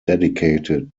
dedicated